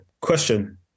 Question